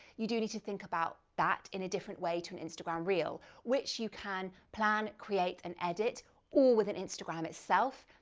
you do need to think about that in a different way to an instagram reel, which you can plan, create, and edit all within instagram itself,